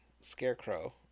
scarecrow